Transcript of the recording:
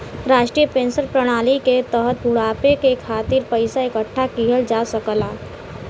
राष्ट्रीय पेंशन प्रणाली के तहत बुढ़ापे के खातिर पइसा इकठ्ठा किहल जा सकला